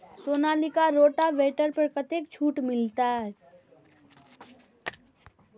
Sonalika rotavator पर कतेक छूट मिलते?